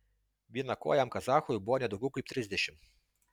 vienakojam kazachui buvo ne daugiau kaip trisdešimt